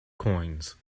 coins